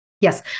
Yes